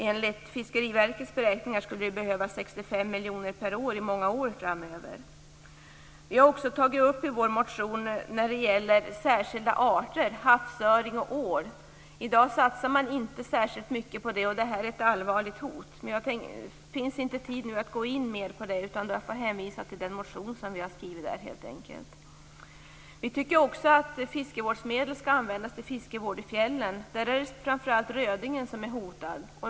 Enligt Fiskeriverkets beräkningar skulle det behövas 65 miljoner kronor per år under många år framöver. I vår motion om särskilda arter har vi tagit upp havsöring och ål. I dag satsar man inte särskilt mycket på det, trots att det finns ett allvarligt hot. Det finns inte nu tid för mig att gå in mer på det, utan jag får hänvisa till den motion som vi har skrivit om detta. Vi tycker att fiskevårdsmedel skall användas till fiskevård i fjällen. Där är det framför allt rödingen som är hotad.